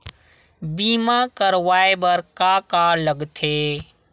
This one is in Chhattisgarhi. बीमा करवाय बर का का लगथे?